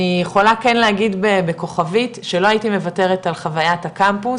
אני יכולה כן להגיד בכוכבית שלא הייתי מוותרת על חוויית הקמפוס